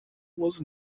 was